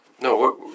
No